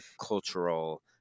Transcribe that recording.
cultural